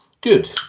good